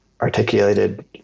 articulated